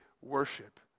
worship